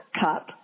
cup